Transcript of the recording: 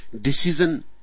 Decision